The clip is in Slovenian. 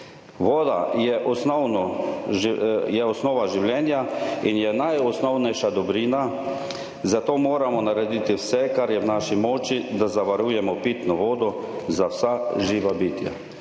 Voda je osnova življenja in je najosnovnejša dobrina, zato moramo narediti vse, kar je v naši moči, da zavarujemo pitno vodo za vsa živa bitja.